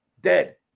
dead